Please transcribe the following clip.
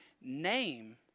name